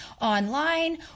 online